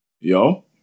Yo